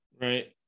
Right